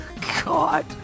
God